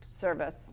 service